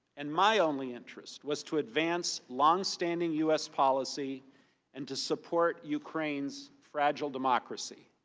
and my only interest was to advance long-standing u s. policy and to support ukraine's fragile democracy.